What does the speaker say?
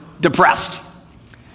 depressed